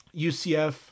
UCF